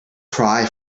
cry